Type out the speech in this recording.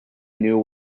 knew